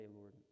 Lord